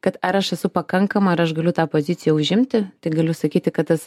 kad ar aš esu pakankama ar aš galiu tą poziciją užimti tai galiu sakyti kad tas